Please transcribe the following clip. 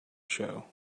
show